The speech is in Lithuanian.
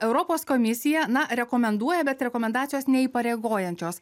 europos komisija na rekomenduoja bet rekomendacijos neįpareigojančios